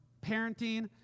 parenting